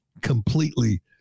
completely